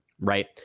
right